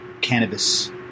cannabis